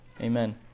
Amen